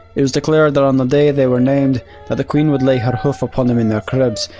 it was declared that on the day they were named, that the queen would lay her hoof upon them in their cribs,